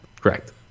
Correct